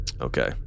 Okay